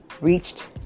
reached